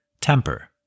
Temper